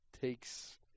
takes